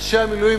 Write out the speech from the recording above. אנשי המילואים,